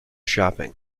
shopping